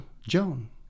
Joan